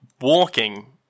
walking